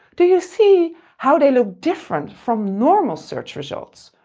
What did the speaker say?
do you see how they look different from normal search results,